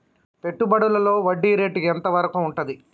పెట్టుబడులలో వడ్డీ రేటు ఎంత వరకు ఉంటది?